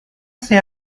saya